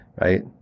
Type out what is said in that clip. right